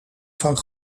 van